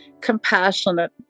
compassionate